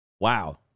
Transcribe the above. Wow